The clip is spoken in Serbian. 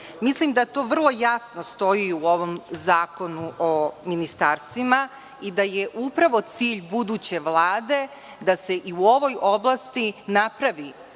Mislim da to vrlo jasno stoji u ovom Zakonu o ministarstvima i da je upravo cilj buduće Vlade da se i u ovoj oblasti napravi